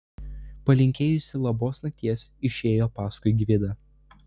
palinkėjusi labos nakties išėjo paskui gvidą